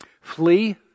Flee